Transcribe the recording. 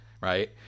right